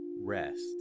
rest